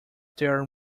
their